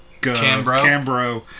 Cambro